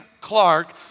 Clark